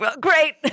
great